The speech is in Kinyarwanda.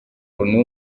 niwe